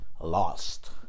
lost